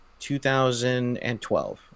2012